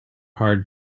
hard